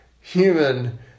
human